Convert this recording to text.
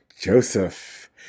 Joseph